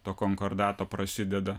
to konkordato prasideda